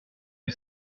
que